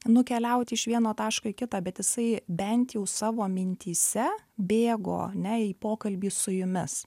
nukeliauti iš vieno taško į kitą bet jisai bent jau savo mintyse bėgo ane į pokalbį su jumis